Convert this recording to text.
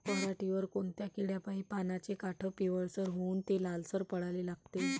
पऱ्हाटीवर कोनत्या किड्यापाई पानाचे काठं पिवळसर होऊन ते लालसर पडाले लागते?